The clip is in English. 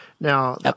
Now